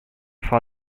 for